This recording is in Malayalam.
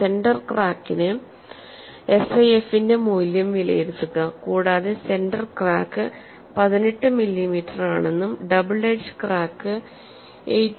സെന്റർ ക്രാക്കിന് SIF ന്റെ മൂല്യം വിലയിരുത്തുക കൂടാതെ സെന്റർ ക്രാക്ക് 18 മില്ലിമീറ്ററാണെന്നും ഡബിൾ എഡ്ജ് ക്രാക്ക് 8